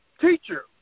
teacher